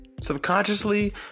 Subconsciously